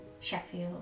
Sheffield